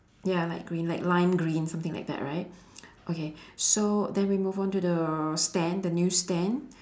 ya light green like lime green something like that right okay so then we move on to the stand the news stand